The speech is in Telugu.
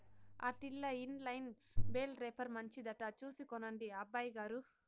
ఆటిల్ల ఇన్ లైన్ బేల్ రేపర్ మంచిదట చూసి కొనండి అబ్బయిగారు